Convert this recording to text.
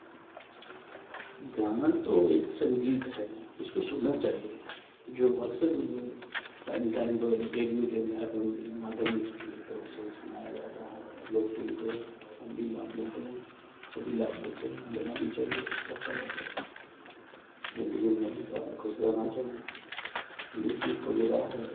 गाना तो एक संगीत है इसको सुनना चाहिए जो अक्सर टाइम टाइम पर रेडियो के में एफ एम माध्यम की तरफ़ से सुनाया जाता है लोग सुनते हैं हम भी लाभ लेते हैं सभी लाभ लेते हैं और लेना भी चाहिए अच्छा बात है जिंदगी में हमेशा खुश रहना चाहिए युटुब वगैरह है